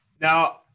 Now